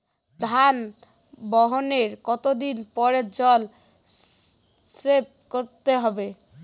ধান বপনের কতদিন পরে জল স্প্রে করতে হবে?